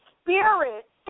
spirit